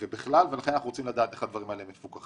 אנחנו רוצים לדעת איך הדברים האלה מפוקחים.